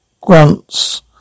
Grunts